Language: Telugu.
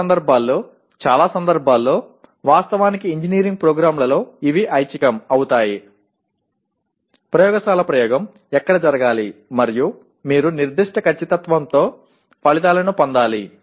కొన్ని సందర్భాల్లో చాలా సందర్భాల్లో వాస్తవానికి ఇంజనీరింగ్ ప్రోగ్రామ్లలో అవి ఐచ్ఛికం అవుతాయి ప్రయోగశాల ప్రయోగం ఎక్కడ జరగాలి మరియు మీరు నిర్దిష్ట ఖచ్చితత్వంతో ఫలితాలను పొందాలి